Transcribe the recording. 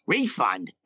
Refund